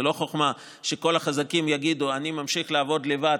זה לא חוכמה שכל החזקים יגידו: אני ממשיך לעבוד לבד,